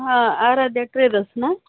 हां आराद्या ट्रेडर्स ना